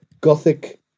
Gothic